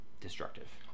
destructive